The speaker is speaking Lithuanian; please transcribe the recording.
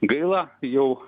gaila jau